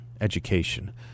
education